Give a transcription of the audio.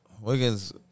Wiggins